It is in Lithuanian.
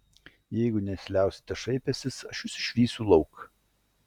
jeigu nesiliausite šaipęsis aš jus išvysiu lauk